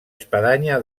espadanya